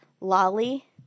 Lolly